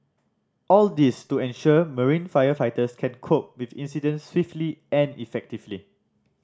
all this to ensure marine firefighters can cope with incidents swiftly and effectively